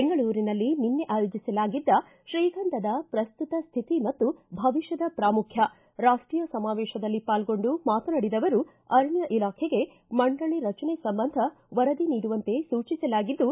ಬೆಂಗಳೂರಿನಲ್ಲಿ ನಿನ್ನೆ ಆಯೋಜಿಸಲಾಗಿದ್ದ ಶ್ರೀಗಂಧದ ಪ್ರಸ್ತುತ ಸ್ಥಿತಿ ಮತ್ತು ಭವಿಷ್ಠದ ಪ್ರಾಮುಖ್ಯ ರಾಷ್ಟೀಯ ಸಮಾವೇಶದಲ್ಲಿ ಪಾಲ್ಗೊಂಡು ಮಾತನಾಡಿದ ಅವರು ಅರಣ್ಯ ಇಲಾಖೆಗೆ ಮಂಡಳಿ ರಚನೆ ಸಂಬಂಧ ವರದಿ ನೀಡುವಂತೆ ಸೂಚಿಸಲಾಗಿದ್ದು